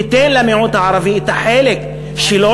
תיתן למיעוט הערבי את החלק שלו,